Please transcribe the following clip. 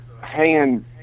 hand